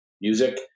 music